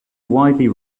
widely